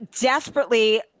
desperately